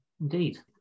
Indeed